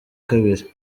kabiri